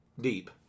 deep